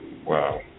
Wow